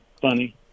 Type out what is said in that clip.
funny